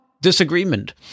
disagreement